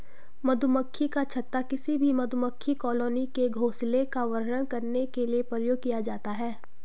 मधुमक्खी का छत्ता किसी भी मधुमक्खी कॉलोनी के घोंसले का वर्णन करने के लिए प्रयोग किया जाता है